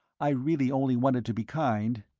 i really only wanted to be kind.